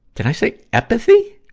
did i say epathy?